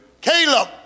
Caleb